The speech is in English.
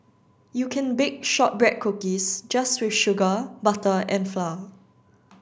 you can bake shortbread cookies just with sugar butter and flour